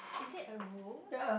is it a rule